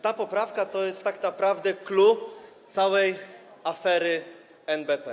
Ta poprawka to jest tak naprawdę clou całej afery NBP.